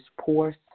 poor